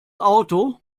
auto